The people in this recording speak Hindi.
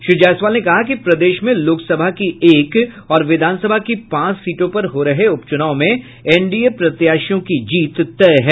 श्री जायसवाल ने कहा कि प्रदेश में लोकसभा की एक और विधानसभा की पांच सीटों पर हो रहे उपचुनाव में एनडीए प्रत्याशियों की जीत तय है